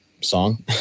song